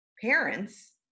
parents